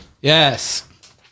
Yes